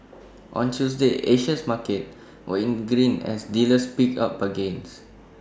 on Tuesday Asian markets were in the green as dealers picked up bargains